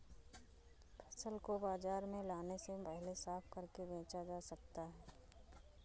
फसल को बाजार में लाने से पहले साफ करके बेचा जा सकता है?